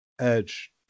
edge